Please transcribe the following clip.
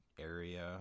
area